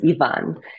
Ivan